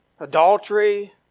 adultery